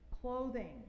clothing